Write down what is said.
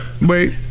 wait